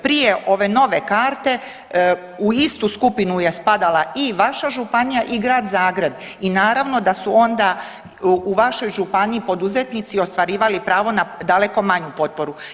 Prije ove nove karte u istu skupinu je spadala i vaša županija i Grad Zagreb i naravno da su onda u vašoj županiji poduzetnici ostvarivali pravo na daleko manju potporu.